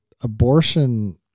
abortion